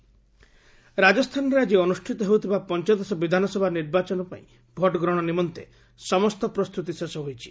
Rajasthan poll ରାଜସ୍ଥାନରେ ଆଜି ଅନୁଷ୍ଠିତ ହେଉଥିବା ପଞ୍ଚଦଶ ବିଧାନସଭା ନିର୍ବାଚନ ଭୋଟ ଗ୍ରହଣ ନିମନ୍ତେ ସମସ୍ତ ପ୍ରସ୍ତୁତି ଶେଷ ହୋଇଛି